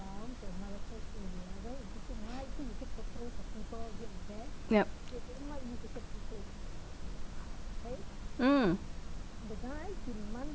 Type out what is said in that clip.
yup mm